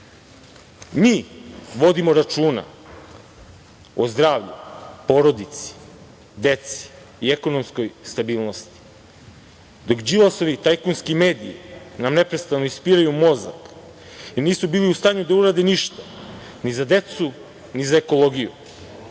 mi vodimo računa o zdravlju, porodici, deci i ekonomskoj stabilnosti. Đilasovi tajkunski mediji nam neprestano ispiraju mozak, jer nisu bili u stanju da urade ništa ni za decu, ni za ekologiju,